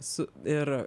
su ir